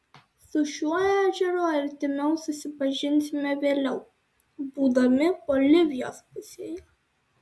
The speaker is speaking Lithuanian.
su šiuo ežeru artimiau susipažinsime vėliau būdami bolivijos pusėje